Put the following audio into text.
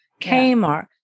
Kmart